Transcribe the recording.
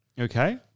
okay